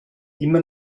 immer